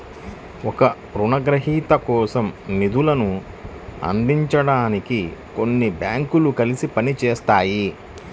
ఒకే రుణగ్రహీత కోసం నిధులను అందించడానికి కొన్ని బ్యాంకులు కలిసి పని చేస్తాయి